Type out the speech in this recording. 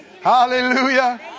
Hallelujah